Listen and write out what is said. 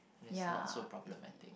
is not so problematic